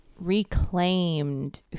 reclaimed